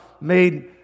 made